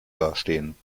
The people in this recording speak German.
dastehen